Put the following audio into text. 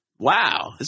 Wow